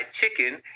chicken